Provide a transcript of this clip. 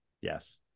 Yes